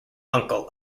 uncle